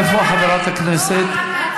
איפה חברת הכנסת?